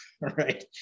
right